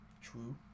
True